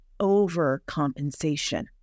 overcompensation